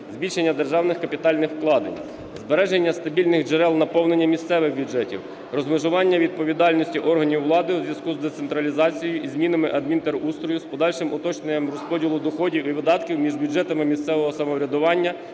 збільшення державних капітальних вкладень; збереження стабільних джерел наповнення місцевих бюджетів, розмежування відповідальності органів влади у зв'язку з децентралізацією і змінами адмінтерустрою з подальшим уточненням розподілу доходів і видатків між бюджетами місцевого самоврядування